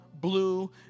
blue